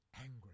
angry